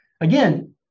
Again